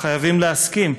חייבים להסכים: